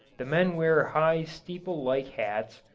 the men wear high steeple-like hats,